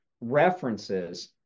references